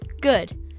Good